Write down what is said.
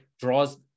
draws